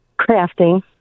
Crafting